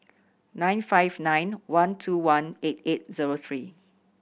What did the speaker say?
nine five nine one two one eight eight zero three